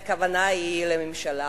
והכוונה היא לממשלה,